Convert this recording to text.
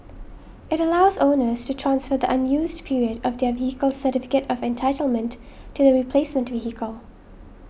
it allows owners to transfer the unused period of their vehicle's certificate of entitlement to the replacement vehicle